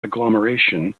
agglomeration